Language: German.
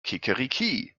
kikeriki